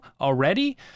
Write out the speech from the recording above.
already